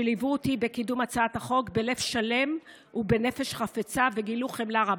שליוו אותי בקידום הצעת החוק בלב שלם ובנפש חפצה וגילו חמלה רבה.